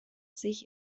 sich